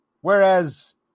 Whereas